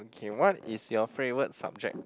okay what is your favourite subject